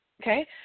okay